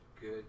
Good